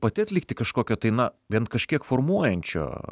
pati atlikti kažkokio tai na bent kažkiek formuojančio